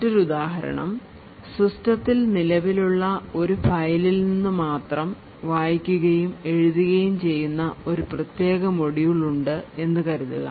മറ്റൊരു ഉദാഹരണം സിസ്റ്റത്തിൽ നിലവിലുള്ള ഒരു ഫയലിൽ നിന്ന് മാത്രം വായിക്കുകയും എഴുതുകയും ചെയ്യുന്ന ഒരു പ്രത്യേക മൊഡ്യൂൾ ഉണ്ട് എന്ന് കരുതുക